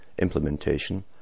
implementation